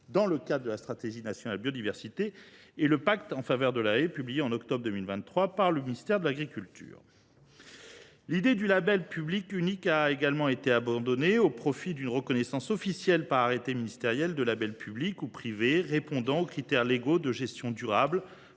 dans le cadre de la stratégie nationale biodiversité et du pacte en faveur de la haie présenté en septembre 2023 par le ministère de l’agriculture. L’idée du label public unique a également été abandonnée au profit d’une reconnaissance officielle, par arrêté ministériel, de labels publics ou privés répondant aux critères légaux de gestion durable